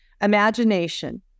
Imagination